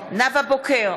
נאוה בוקר,